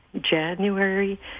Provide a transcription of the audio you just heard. January